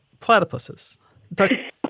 platypuses